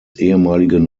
ehemaligen